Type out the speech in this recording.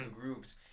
groups